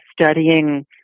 studying